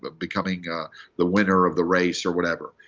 but becoming ah the winner of the race or whatever.